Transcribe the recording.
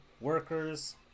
Workers